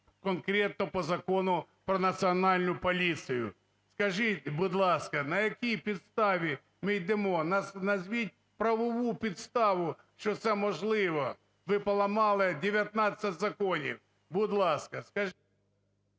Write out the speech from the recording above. конкретно по Закону "Про Національну поліцію". Скажіть, будь ласка, на якій підставі ми йдемо? Назвіть правову підставу, що це можливо. Ви поламали 19 законів. Будь ласка, скажіть…